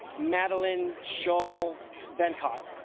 madeline shawl venkata